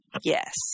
Yes